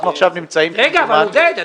אנחנו עכשיו נמצאים --- רגע, אבל עודד.